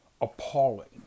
appalling